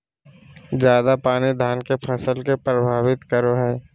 ज्यादा पानी धान के फसल के परभावित करो है?